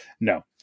no